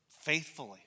faithfully